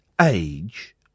age